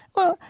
well,